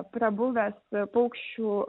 prabuvęs paukščių